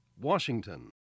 Washington